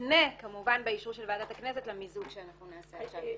מותנה כמובן באישור של ועדת הכנסת למיזוג שנעשה עכשיו.